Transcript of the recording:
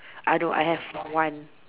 I know I have one